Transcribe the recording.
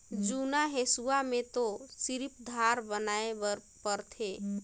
जुन्ना हेसुआ में तो सिरिफ धार बनाए बर परथे